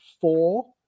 four